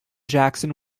jackson